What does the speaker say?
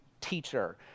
teacher